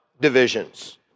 divisions